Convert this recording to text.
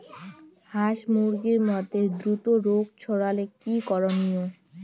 হাস মুরগির মধ্যে দ্রুত রোগ ছড়ালে কি করণীয়?